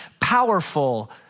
powerful